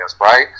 right